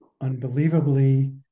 unbelievably